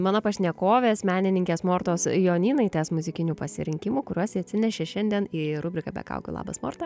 mano pašnekovės menininkės mortos jonynaitės muzikinių pasirinkimų kuriuos ji atsinešė šiandien ir rubriką be kaukių labas morta